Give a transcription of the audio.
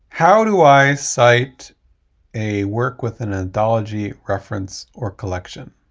how do i cite a work within an anthology, reference, or collection?